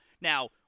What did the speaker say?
Now